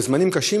בזמנים קשים,